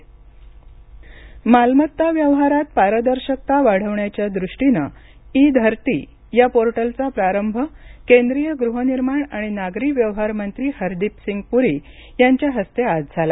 E Dharti portal मालमत्ता व्यवहारात पारदर्शकता वाढवण्याच्या दृष्टीने ई धरती या पोर्टलचा प्रारंभ केंद्रीय गृहनिर्माण आणि नागरी व्यवहार मंत्री हरदीप सिंग पुरी यांच्या हस्ते आज झाला